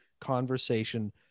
conversation